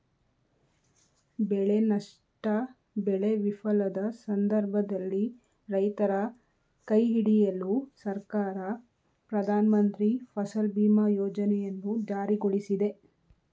ಬೆಳೆ ನಷ್ಟ ಬೆಳೆ ವಿಫಲದ ಸಂದರ್ಭದಲ್ಲಿ ರೈತರ ಕೈಹಿಡಿಯಲು ಸರ್ಕಾರ ಪ್ರಧಾನಮಂತ್ರಿ ಫಸಲ್ ಬಿಮಾ ಯೋಜನೆಯನ್ನು ಜಾರಿಗೊಳಿಸಿದೆ